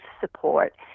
support